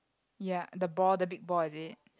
ya the ball the big ball is it